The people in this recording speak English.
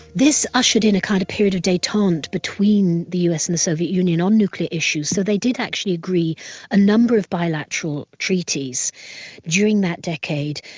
this ushered in a kind of period of detente between the us and the soviet union on nuclear issues, so they did actually agree a number of bilateral treaties during that decade,